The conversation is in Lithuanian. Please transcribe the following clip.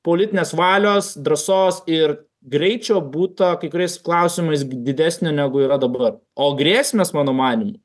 politinės valios drąsos ir greičio būta kai kuriais klausimais didesnio negu yra dabar o grėsmės mano manymu